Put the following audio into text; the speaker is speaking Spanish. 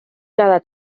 cada